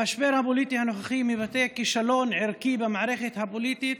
המשבר הפוליטי הנוכחי מבטא כישלון ערכי במערכת הפוליטית,